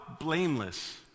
blameless